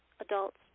adults